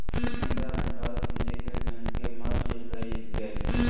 Canara bank आरो Syndicate bank के merge कइल गेलय